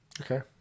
Okay